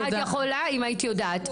את יכולה אם היית יודעת.